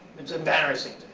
it's embarrassing